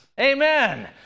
Amen